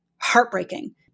heartbreaking